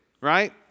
right